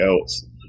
else